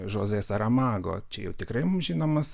žozės aromago čia jau tikrai mums žinomas